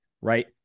right